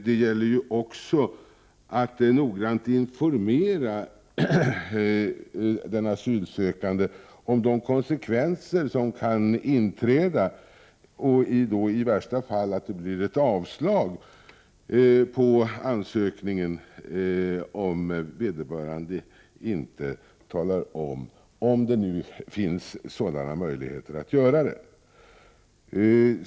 Det gäller också att noggrant informera den asylsökande om de konsekvenser som kan inträda och att det i värsta fall kan bli ett avslag på ansökningen om vederbörande inte lämnar upplysningar, om det finns möjligheter att göra det.